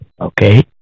okay